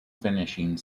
finishing